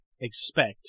expect